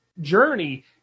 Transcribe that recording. journey